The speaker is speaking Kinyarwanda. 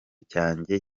cyanjye